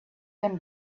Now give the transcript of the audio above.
them